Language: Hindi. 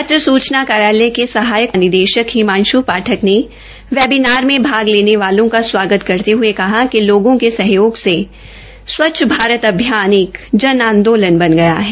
पत्र सूचना कार्यालय के सहायक निदेशक हिमांश् पाठक ने वैबीनार में भाग वाले का स्वागत करते हये कहा कि लोगों के सहयोग से स्वच्छ भारत अभियान एक जन आंदोलन बना गया है